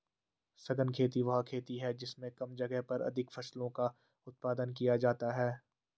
सघन खेती वह खेती है जिसमें कम जगह पर अधिक फसलों का उत्पादन किया जाता है